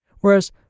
whereas